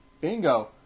Bingo